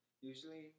Usually